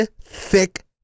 thick